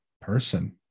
person